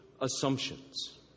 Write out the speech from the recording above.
assumptions